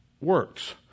works